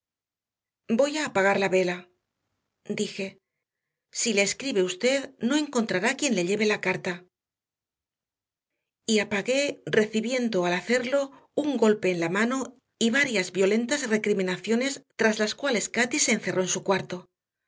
voy a apagar la vela dije y si le escribe usted no encontrará quien le lleve la carta y apagué recibiendo al hacerlo un golpe en la mano y varias violentas recriminaciones tras las cuales cati se encerró en su cuarto